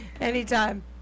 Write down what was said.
anytime